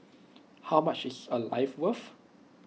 how much is A life worth